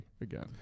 again